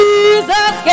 Jesus